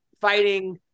fighting